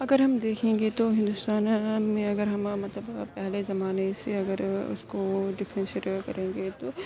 اگر ہم دیکھیں گے تو ہندوستان میں اگر ہم مطلب پہلے زمانے سے اگر اس کو ڈیفرینشیٹ کریں گے تو